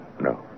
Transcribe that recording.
No